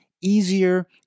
easier